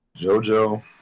Jojo